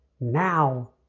Now